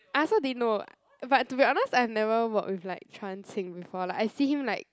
I also didn't know but to be honest I've never work with like Chan-Xi before like I see him like